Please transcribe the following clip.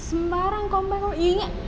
sembarang combine what you ingat